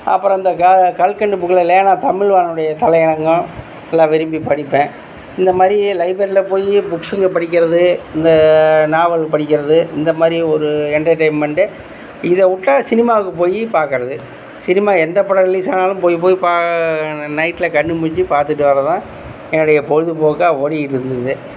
அப்புறம் இந்த க கற்கண்டு புக்குல லேனா தமிழ்வானனுடைய தலையரங்கம் இது எல்லாம் விரும்பி படிப்பேன் இந்த மாதிரி லைபேரில போய் புக்ஸ்ங்க படிக்கிறது இந்த நாவல் படிக்கிறது இந்த மாதிரி ஒரு என்டர்டைன்மெண்ட் இதை விட்டா சினிமாவுக்கு போய் பார்க்கறது சினிமா எந்த படம் ரிலீஸ் ஆனாலும் போய் போய் பா நைடில் கண்ணு முழிச்சு பார்த்துட்டு வரதுதான் என்னுடைய பொழுதுப்போக்காக ஓடிக்கிட்டு இருந்துது